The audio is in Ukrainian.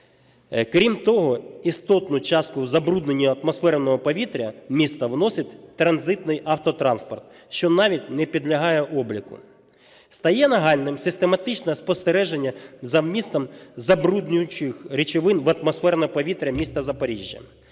Крім того, істотну частку в забруднення атмосферного повітря міста вносить транзитний автотранспорт, що навіть не підлягає обліку. Стає нагальним систематичне спостереження за вмістом забруднюючих речовин в атмосферному повітрі міста Запоріжжя.